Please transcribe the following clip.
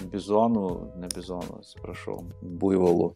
bizonų ne bizonų atsiprašau buivolų